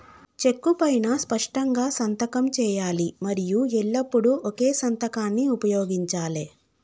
చెక్కు పైనా స్పష్టంగా సంతకం చేయాలి మరియు ఎల్లప్పుడూ ఒకే సంతకాన్ని ఉపయోగించాలే